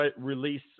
release